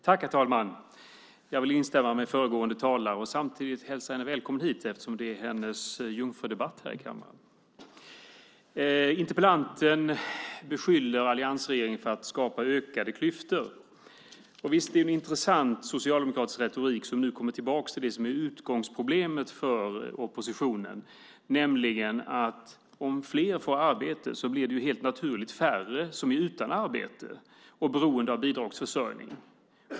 Herr talman! Jag vill instämma med föregående talare och samtidigt hälsa henne välkommen hit eftersom det är hennes jungfrudebatt här i kammaren. Interpellanten beskyller alliansregeringen för att skapa ökade klyftor. Det är en intressant socialdemokratisk retorik som nu kommer tillbaka till utgångsproblemet för oppositionen, nämligen att om fler får arbete blir det helt naturligt färre som är utan arbete och beroende av bidragsförsörjning.